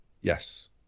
Yes